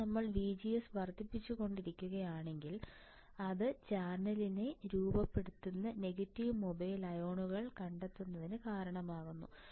ഇപ്പോൾ നമ്മൾ VGS വർദ്ധിപ്പിച്ചുകൊണ്ടിരിക്കുകയാണെങ്കിൽ അത് ചാനലിനെ രൂപപ്പെടുത്തുന്ന നെഗറ്റീവ് മൊബൈൽ അയോണുകൾ കണ്ടെത്തുന്നതിന് കാരണമാകുന്നു